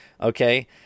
okay